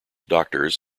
doctors